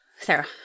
Sarah